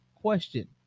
Question